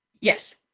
Yes